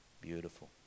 Beautiful